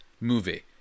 movie